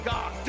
God